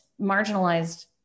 marginalized